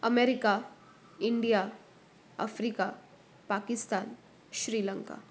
America India Africa Pakistan Sri Lanka